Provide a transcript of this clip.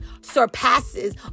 surpasses